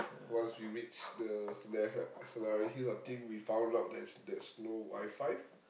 once we reach the sele~ h~ hill we found out there is there's no WiFi